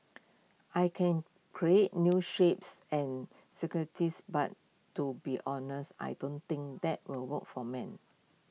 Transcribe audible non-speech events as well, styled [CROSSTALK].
I can create new shapes and [UNINTELLIGIBLE] but to be honest I don't think that will work for men